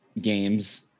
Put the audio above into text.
games